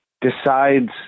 decides